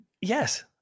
Yes